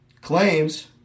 Claims